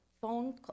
phone